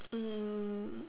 mm